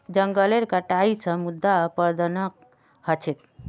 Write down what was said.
जंगलेर कटाई स मृदा अपरदन ह छेक